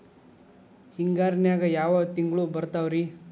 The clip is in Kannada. ಹಿಂಗಾರಿನ್ಯಾಗ ಯಾವ ತಿಂಗ್ಳು ಬರ್ತಾವ ರಿ?